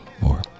more